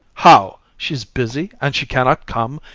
how! she's busy, and she cannot come!